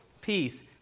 peace